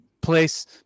place